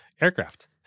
aircraft